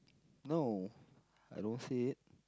no I don't see it